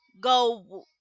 go